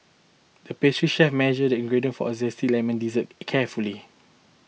the pastry chef measured ingredient for a Zesty Lemon Dessert carefully